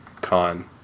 con